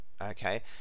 okay